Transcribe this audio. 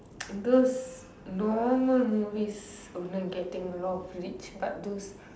those normal movies are now getting a lot of reach but those